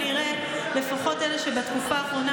לפחות אלה שבתקופה האחרונה,